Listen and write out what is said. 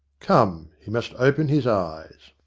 come, he must open his eyes.